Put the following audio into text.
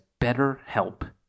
BetterHelp